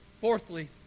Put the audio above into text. Fourthly